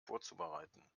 vorzubereiten